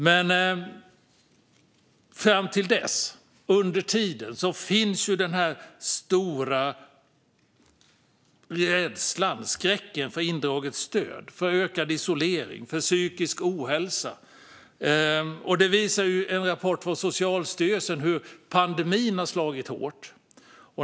Men fram till dess, under tiden, finns ju den här stora rädslan och skräcken för indraget stöd, ökad isolering och psykisk ohälsa. En rapport från Socialstyrelsen visar hur hårt pandemin har slagit.